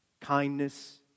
kindness